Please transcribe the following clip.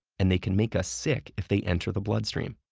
and they can make us sick if they enter the blood stream.